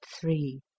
three